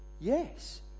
Yes